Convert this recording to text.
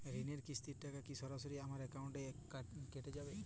ঋণের কিস্তির টাকা কি সরাসরি আমার অ্যাকাউন্ট থেকে কেটে যাবে?